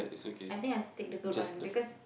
I think I take the good one because